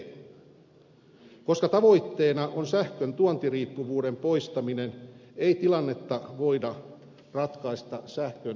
koska tavoitteena on sähkön tuontiriippuvuuden poistaminen ei tilannetta voida ratkaista sähköntuontia lisäämällä